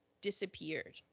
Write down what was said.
disappeared